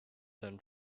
than